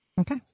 Okay